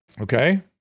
okay